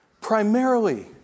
Primarily